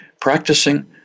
practicing